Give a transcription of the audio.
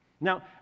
Now